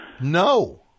No